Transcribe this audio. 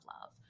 love